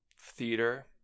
theater